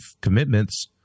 commitments